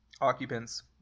occupants